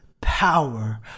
Power